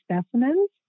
specimens